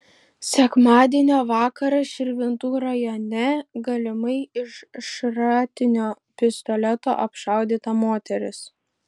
sekmadienio vakarą širvintų rajone galimai iš šratinio pistoleto apšaudyta moteris